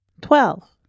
Twelve